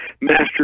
Master